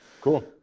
Cool